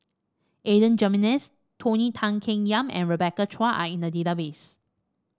Adan Jimenez Tony Tan Keng Yam and Rebecca Chua are in the database